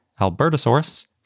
Albertosaurus